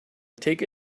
take